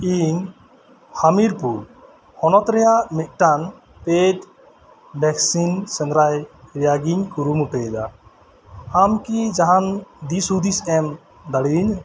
ᱤᱧ ᱦᱟᱢᱤᱨᱯᱩᱨ ᱦᱚᱱᱚᱛ ᱨᱮᱱᱟᱜ ᱢᱤᱫᱴᱟᱝ ᱯᱮᱰ ᱵᱷᱮᱠᱥᱤᱱ ᱥᱮᱸᱫᱽᱨᱟᱭ ᱨᱮᱱᱟᱜ ᱤᱧ ᱠᱩᱨᱩᱢᱩᱴᱩᱭᱮᱫᱟ ᱟᱢ ᱠᱤ ᱡᱟᱦᱟᱱ ᱫᱤᱥ ᱦᱩᱫᱤᱥ ᱮᱢ ᱫᱟᱲᱮᱭᱟᱹᱧᱟᱹ